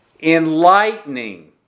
enlightening